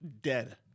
Dead